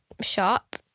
shop